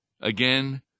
again